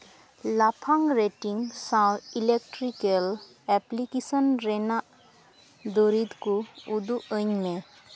ᱞᱟᱯᱷᱟᱝ ᱨᱮᱴᱤᱝ ᱥᱟᱶ electrical appliances ᱨᱮᱱᱟᱜ ᱫᱩᱨᱤᱵ ᱠᱚ ᱩᱫᱩᱜ ᱟᱹᱧ ᱢᱮ